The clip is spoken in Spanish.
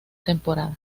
temporada